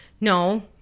No